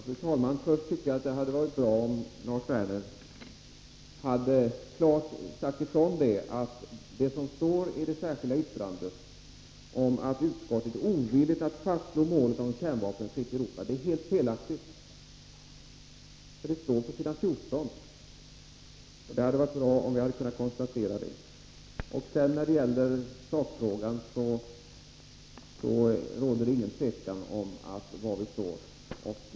Fru talman! Först tycker jag att det hade varit bra om Lars Werner klart sagt ifrån att det som står i det särskilda yttrandet om att utskottet är ovilligt att fastslå målet om ett kärnvapenfritt Europa är helt felaktigt. Det står på s. 14, och det hade varit bra att få det konstaterat. När det gäller sakfrågan råder det ingen tvekan om var vi står.